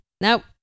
Nope